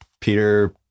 Peter